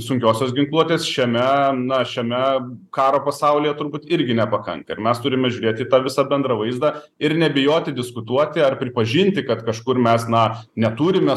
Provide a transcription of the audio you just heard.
sunkiosios ginkluotės šiame na šiame karo pasaulyje turbūt irgi nepakanka ir mes turime žiūrėti į tą visą bendrą vaizdą ir nebijoti diskutuoti ar pripažinti kad kažkur mes na neturime